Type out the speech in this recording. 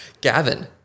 Gavin